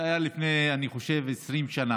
זה היה, אני חושב, לפני 20 שנה.